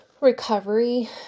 recovery